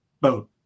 boat